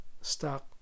stock